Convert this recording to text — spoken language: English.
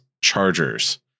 Chargers